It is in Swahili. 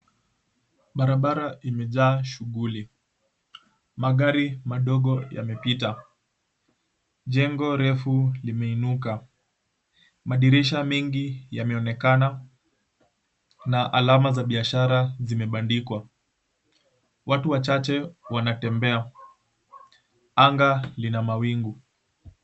Barabara imejaa shughuli, mgari madogo yamepita. Jengo refu limeinuka. Madirisha mengi yameonekana na alama za biashara zimebandikwa. Watu wachache wanatembea, anga lina mawingu.